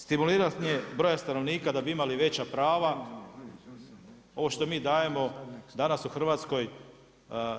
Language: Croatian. Stimuliranje broja stanovnika da bi imali veća prava ovo što mi dajemo danas u Hrvatskoj